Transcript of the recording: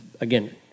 again